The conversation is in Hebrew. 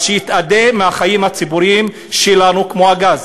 אז שיתאדה מהחיים הציבוריים שלנו כמו הגז.